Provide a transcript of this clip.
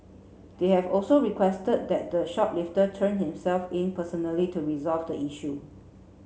they have also requested that the shoplifter turn himself in personally to resolve the issue